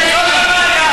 תתבייש לך,